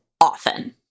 often